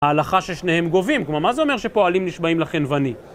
ההלכה ששניהם גובים, כלומר מה זה אומר שפועלים נשבעים לחנווני?